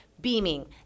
Beaming